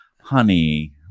honey